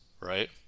right